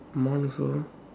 my one also